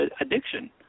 addiction